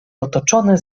otoczone